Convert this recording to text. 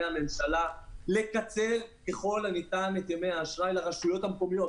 הממשלה לקצר ככל הניתן את ימי האשראי לרשויות המקומיות,